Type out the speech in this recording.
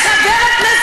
אל תשקרי.